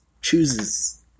chooses